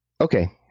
Okay